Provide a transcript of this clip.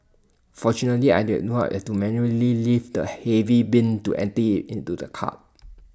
fortunately I did not have to manually lift the heavy bin to empty into the cart